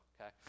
okay